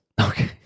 Okay